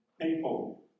people